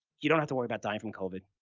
you don't have to worry about dying from covid.